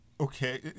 okay